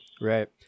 Right